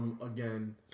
Again